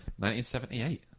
1978